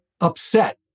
upset